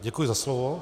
Děkuji za slovo.